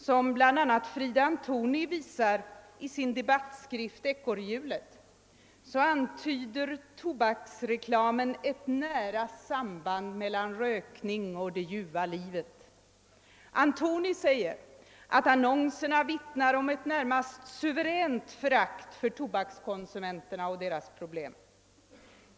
Som bl.a. Fride Antoni visar i sin debattskrift Ekorrhjulet, antyder tobaksreklamen ett nära samband mellan rökning och »det ljuva livet». Antoni säger att annonserna vittnar om ett närmast suveränt förakt för tobakskonsumenterna och deras problem.